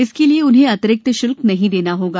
इसके लिए उन्हें अतिरिक्त शुल्क नहीं देना होगा